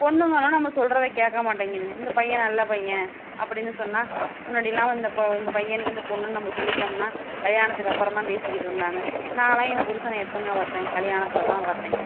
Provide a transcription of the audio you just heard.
பொண்ணுகளும் நம்ம சொல்றதை கேட்க மாட்டேங்கிதுங்க இந்த பையன் நல்ல பையன் அப்படின்னு சொன்னால் முன்னாடி எல்லாம் வந்து இந்த பையனுக்கு இந்த பொண்ணுன்னு நம்ம சொல்லிட்டோம்னா கல்யாணத்துக்கு அப்புறம் தான் பேசிகிட்டு இருந்தாங்க நான்லாம் என் புருஷனை எப்போங்க பாத்தேன் கல்யாணத்தில் தான் பாத்தேன்